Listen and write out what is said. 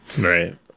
Right